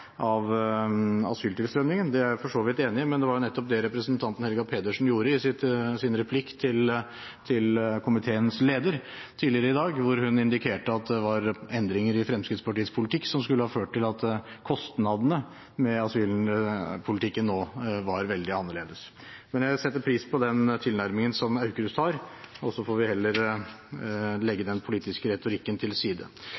asyltilstrømningen. Det er jeg for så vidt enig i, men det var jo nettopp det representanten Helga Pedersen gjorde i sin replikk til komiteens leder tidligere i dag, da hun indikerte at det var endringer i Fremskrittspartiets politikk som skulle ha ført til at kostnadene ved asylpolitikken nå var veldig annerledes. Men jeg setter pris på den tilnærmingen som Aukrust har, og så får vi heller legge den politiske retorikken til side.